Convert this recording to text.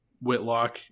whitlock